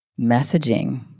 messaging